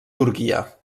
turquia